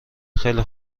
خیلی